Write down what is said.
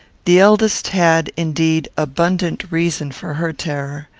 the eldest had, indeed, abundant reason for her terror.